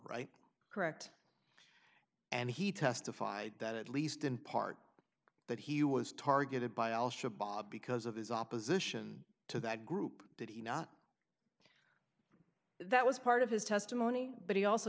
right correct and he testified that at least in part that he was targeted by al shabaab because of his opposition to that group did he not that was part of his testimony but he also